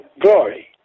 glory